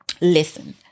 Listen